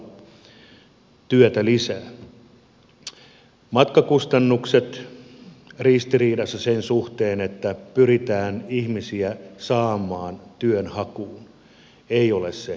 matkakustannukset ristiriidassa sen suhteen että pyritään ihmisiä saamaan työnhakuun ei ole se oikea keino